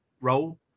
role